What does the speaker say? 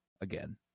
Again